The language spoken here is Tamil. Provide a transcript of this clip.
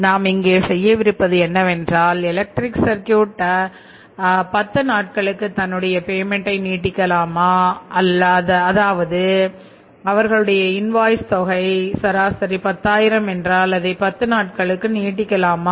நாம் இங்கே செய்யவிருப்பது என்ன வென்றால் எலக்ட்ரிக் சர்க்யூட்தொகை சராசரி 10000 என்றால் அதை பத்து நாட்களுக்கு நீடிக்கலாமா